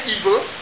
evil